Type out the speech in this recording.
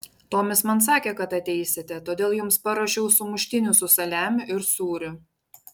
tomis man sakė kad ateisite todėl jums paruošiau sumuštinių su saliamiu ir sūriu